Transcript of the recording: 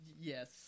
yes